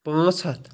پٲنٛژھ ہَتھ